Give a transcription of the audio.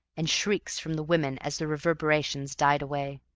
and shrieks from the women as the reverberations died away.